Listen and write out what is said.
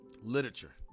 literature